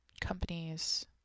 companies